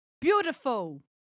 Beautiful